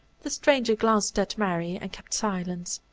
the stranger glanced at mary and kept silence.